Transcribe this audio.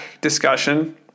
discussion